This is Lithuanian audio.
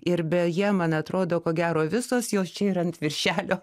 ir beje man atrodo ko gero visos jos čia ir ant viršelio